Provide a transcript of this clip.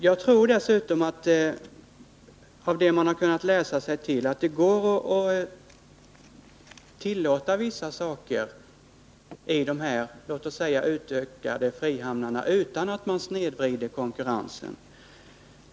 Jag tror dessutom, på grundval av det jag har kunnat läsa mig till, att det går att tillåta vissa saker i dessa så att säga utökade frihamnar utan att konkurrensen snedvrides.